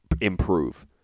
improve